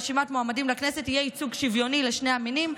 "ברשימת מועמדים לכנסת יהיה ייצוג שוויוני לשני המינים,